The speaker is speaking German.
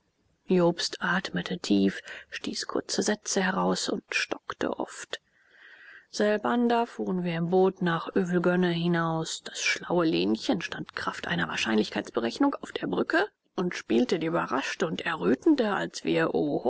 jobst atmete tief stieß kurze sätze heraus und stockte oft selbander fuhren wir im boot nach övelgönne hinaus das schlaue lenchen stand kraft einer wahrscheinlichkeitsberechnung auf der brücke und spielte die überraschte und errötende als wir